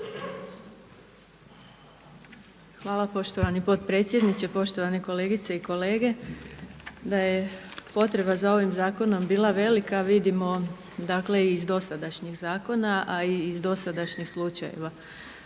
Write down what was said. Hvala poštovani potpredsjedniče. Poštovane kolegice i kolege. Da je potreba za ovim zakonom bila velika vidimo iz dosadašnjih zakona, a iz dosadašnjih slučajeva.